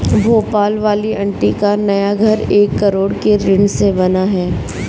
भोपाल वाली आंटी का नया घर एक करोड़ के ऋण से बना है